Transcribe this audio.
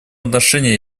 отношении